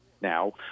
now